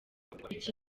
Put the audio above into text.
iki